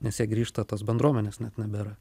nes jie grįžta tos bendruomenės net nebėra